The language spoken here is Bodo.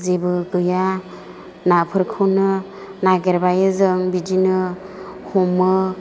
जेबो गैया नाफोरखौनो नागिरबायो जों बिदिनो हमो